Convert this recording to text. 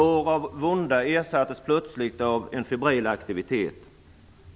År av vånda ersattes plötsligt av en febril aktivitet.